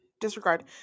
Disregard